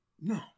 No